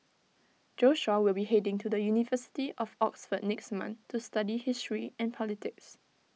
Joshua will be heading to the university of Oxford next month to study history and politics